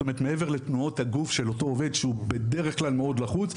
מעבר לתנועות הגוף של אותו עובד שהוא בדרך כלל מאוד לחוץ,